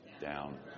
Down